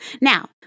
Now